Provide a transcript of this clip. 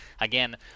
again